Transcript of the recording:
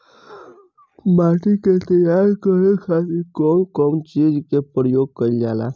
माटी के तैयार करे खातिर कउन कउन चीज के प्रयोग कइल जाला?